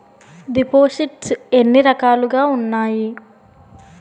దిపోసిస్ట్స్ ఎన్ని రకాలుగా ఉన్నాయి?